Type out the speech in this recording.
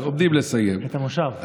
עומדים לסיים, את המושב.